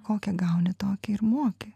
kokią gauni tokią ir moki